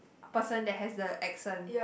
person that has the accent